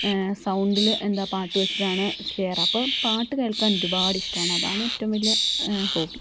സൗണ്ടിൽ എന്താ പാട്ട് വെച്ചിട്ടാണ് ചെയ്യാറ് അപ്പോൾ പാട്ട് കേൾക്കാൻ ഒരുപാട് ഇഷ്ടമാണ് അതാണ് ഏറ്റവും വലിയ ഹോബി